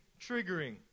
triggering